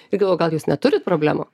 tai galvojau gal jūs neturit problemų